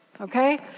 okay